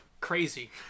Crazy